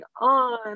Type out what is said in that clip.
on